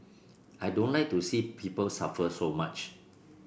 I don't like to see people suffer so much